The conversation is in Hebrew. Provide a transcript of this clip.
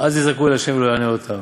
'אז יזעקו אל ה' ולא יענה אותם'.